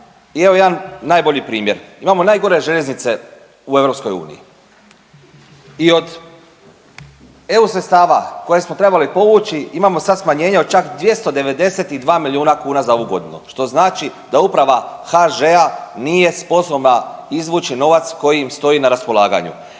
i evo jedan najbolji primjer. Imamo najgore željeznice u EU i od eu sredstava koja smo trebali povući imamo sad smanjenje od čak 292 milijuna kuna za ovu godinu što znači da uprava HŽ-a nije sposobna izvući novac koji im stoji na raspolaganju.